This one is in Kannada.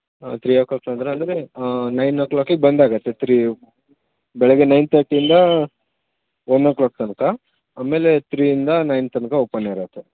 ಹಾಂ ತ್ರಿ ಒ ಕ್ಲಾಕ್ ನಂತರ ಅಂದರೆ ನೈನ್ ಒ ಕ್ಲಾಕಿಗೆ ಬಂದ್ ಆಗುತ್ತೆ ತ್ರಿ ಬೆಳಗ್ಗೆ ನೈನ್ ಥರ್ಟಿಯಿಂದ ಒನ್ ಒ ಕ್ಲಾಕ್ ತನಕ ಆ ಮೇಲೆ ತ್ರಿಯಿಂದ ನೈನ್ ತನಕ ಒಪನ್ ಇರತ್ತೆ